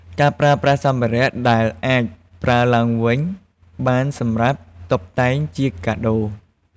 ការប្រើប្រាស់សម្ភារៈដែលអាចប្រើឡើងវិញបានសម្រាប់តុបតែងជាកាដូរ។